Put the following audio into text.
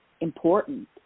important